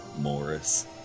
Morris